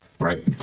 right